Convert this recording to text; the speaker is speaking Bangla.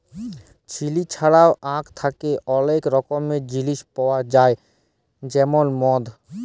চিলি ছাড়াও আখ থ্যাকে অলেক রকমের জিলিস পাউয়া যায় যেমল মদ